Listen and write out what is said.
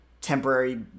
temporary